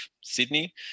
Sydney